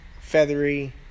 feathery